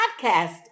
podcast